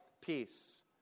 peace